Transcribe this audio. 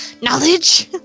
Knowledge